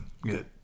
good